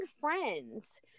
friends